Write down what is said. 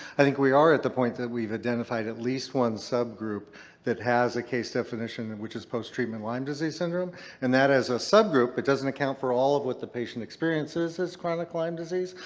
i think we are at the point that we've identified at least one subgroup that has a case definition and which is post-treatment lyme disease syndrome and that as a subgroup it doesn't account for all of what the patient experiences as chronic lyme disease,